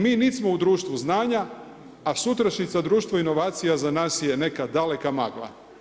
Mi nismo u društvu znanja, a sutrašnjica društva inovacija za nas je neka daleka magla.